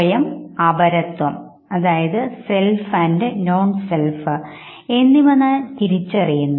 സ്വയംഅപരത്വം എന്നിവ ഞാൻ തിരിച്ചറിയുന്നു